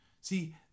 See